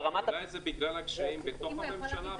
אולי זה בגלל הקשיים בתוך הממשלה,